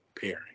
pairing